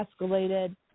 escalated